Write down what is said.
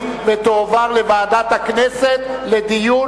התש"ע 2010, לדיון מוקדם בוועדת הכנסת נתקבלה.